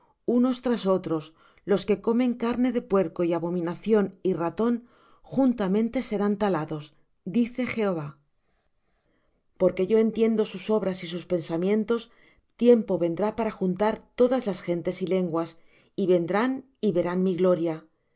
unos tras otros los que comen carne de puerco y abominación y ratón juntamente serán talados dice jehová porque yo entiendo sus obras y sus pensamientos tiempo vendrá para juntar todas las gentes y lenguas y vendrán y verán mi gloria